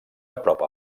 apropa